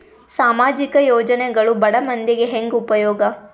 ಸಾಮಾಜಿಕ ಯೋಜನೆಗಳು ಬಡ ಮಂದಿಗೆ ಹೆಂಗ್ ಉಪಯೋಗ?